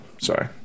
sorry